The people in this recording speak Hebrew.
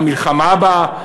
המלחמה הבאה,